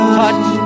touch